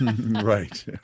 Right